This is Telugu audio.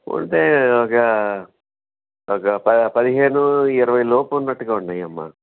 ఉంటాయి ఒక ఒక పదిహేను ఇరవై లోపు ఉన్నట్టుగా ఉన్నాయి అమ్మా